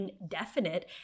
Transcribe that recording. indefinite